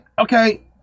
okay